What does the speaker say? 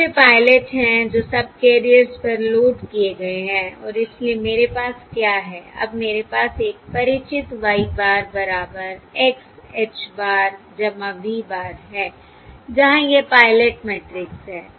ये वे पायलट हैं जो सबकैरियर्स पर लोड किए गए हैं और इसलिए मेरे पास क्या है अब मेरे पास एक परिचित Y bar बराबर X h bar V bar है जहां यह पायलट मैट्रिक्स है